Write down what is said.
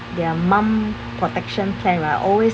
their mom protection plan right always